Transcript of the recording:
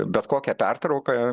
bet kokią pertrauką